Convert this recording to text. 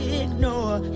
ignore